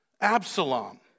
Absalom